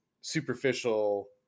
superficial –